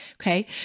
okay